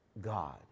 God